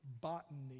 botany